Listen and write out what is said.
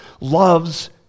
loves